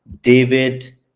David